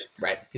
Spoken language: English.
Right